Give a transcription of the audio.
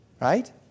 right